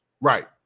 right